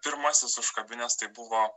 pirmasis užkabinęs tai buvo